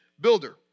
builder